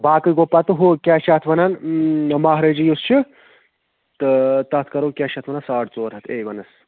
باقٕے گوٚو پَتہٕ ہُہ کیٛاہ چھِ اتھ وَنان مہرٲجی یُس چھُ تہٕ تَتھ کَرو کیٛاہ چھِ اتھ وَنان ساڈ ژور ہَتھ ایے وَنَس